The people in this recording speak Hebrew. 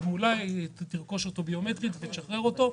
מולה אז היא --- ביומטרית ותשחרר אותו.